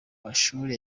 mashuri